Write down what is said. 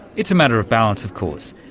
it's a matter of balance of course,